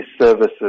services